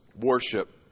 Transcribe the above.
worship